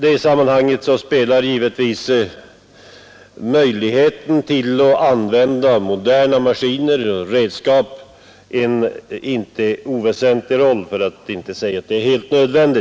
Och då spelar givetvis möjligheterna att använda moderna maskiner och redskap en väsentlig roll för att inte säga att de är helt avgörande.